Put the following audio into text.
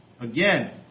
Again